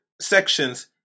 sections